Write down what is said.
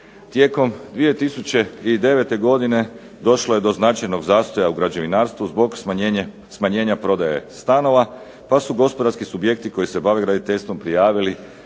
Tijekom 2009. godine došlo je do značajnog zastoja u građevinarstvu zbog smanjenja prodaje stanova, pa su gospodarski subjekti koji se bave graditeljstvom prijavili,